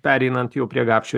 pereinant jau prie gapšio